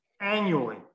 annually